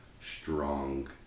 strong